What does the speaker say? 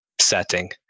setting